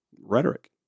rhetoric